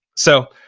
so,